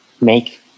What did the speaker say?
make